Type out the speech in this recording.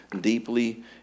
deeply